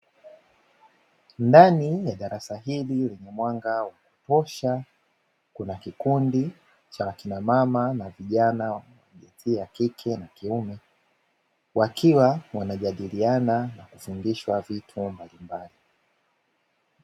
Ndani ya darasa hili lenye mwanga wa kutosha kuna kikundi cha akina mama na vijana wenye jinsia ya kike na kiume, wakiwa wanajadiliana na kufundishwa vitu mbalimbali.